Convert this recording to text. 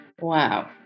Wow